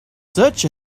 search